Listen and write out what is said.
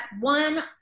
one